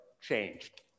changed